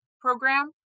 program